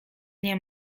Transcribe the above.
nie